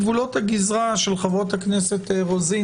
גבולות הגזרה של חברות הכנסת רוזין